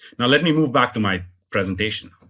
now, let me move back to my presentation.